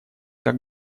как